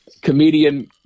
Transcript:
Comedian